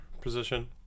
position